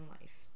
life